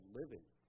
living